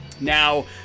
Now